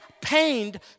pained